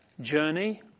journey